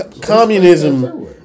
communism